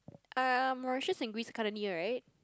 um Mauritius and Greece kinda near right